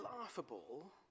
laughable